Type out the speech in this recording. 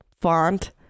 font